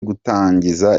gutangiza